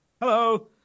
Hello